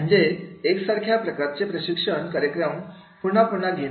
म्हणजे एकसारख्या प्रकारचे प्रशिक्षण कार्यक्रम पुन्हा पुन्हा घेणे